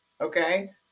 Okay